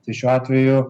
tai šiuo atveju